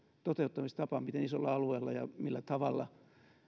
toteuttamistapa miten isolla alueella ja millä tavalla